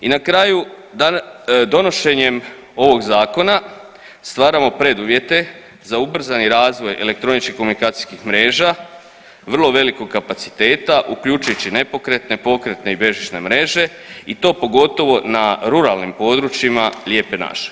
I na kraju, donošenjem ovog zakona stvaramo preduvjete za ubrzani razvoj elektroničkih komunikacijskih mreža vrlo velikog kapaciteta uključujući i nepokretne, pokretne i bežične mreže i to pogotovo na ruralnim područjima lijepe naše.